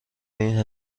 این